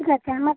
ঠিক আছে আমার